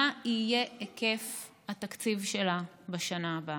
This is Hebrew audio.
מה יהיה היקף התקציב שלה לשנה הבאה.